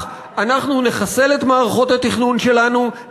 אנחנו נחסל את מערכות התכנון שלנו,